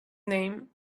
name